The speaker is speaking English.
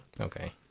Okay